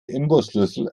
imbusschlüssel